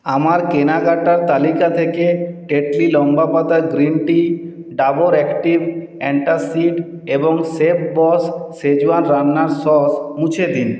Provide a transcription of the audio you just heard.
আমার কেনাকাটার তালিকা থেকে টেটলি লম্বা পাতার green tea Dabur active antacid এবং শেফবস শেজওয়ান রান্নার সস মুছে দিন